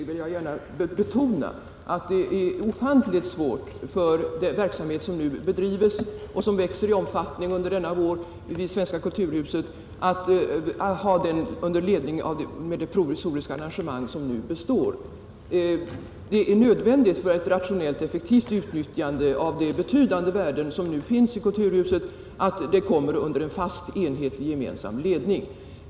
Herr talman! Med anledning av herr tredje vice talmannens senaste inlägg vill jag betona att det är ofantligt svårt att bedriva verksamheten vid Svenska kulturhuset — en verksamhet som växer i omfattning under denna vår — med nuvarande provisoriska arrangemang för dess ledning. För ett rationellt och effektivt utnyttjande av de betydande värden som finns i kulturhuset är det nödvändigt att verksamheten kommer under en fast och enhetlig ledning.